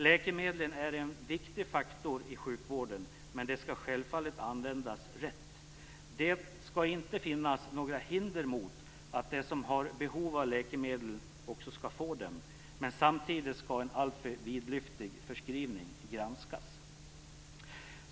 Läkemedlen är en viktig faktor i sjukvården, men de skall självfallet användas rätt. Det skall inte finnas några hinder för att de som har behov av läkemedel skall få dem, men samtidigt skall en alltför vidlyftig förskrivning granskas.